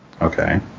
Okay